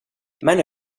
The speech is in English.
many